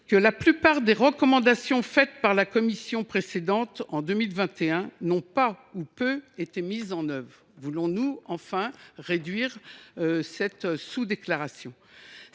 que « la plupart des recommandations faites par la commission précédente en 2021 n’ont pas ou peu été mises en œuvre ». Voulons nous enfin réduire le nombre de sous déclarations ?